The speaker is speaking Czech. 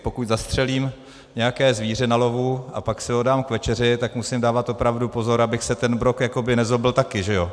Pokud zastřelím nějaké zvíře na lovu a pak si ho dám k večeří, tak musím dávat opravdu pozor, abych si ten brok jakoby nezobl taky, že jo.